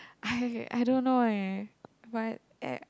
I I don't know leh but eh